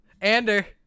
Ander